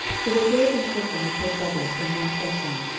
for they gave them shechem with her suburbs in mount ephraim,